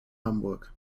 hamburg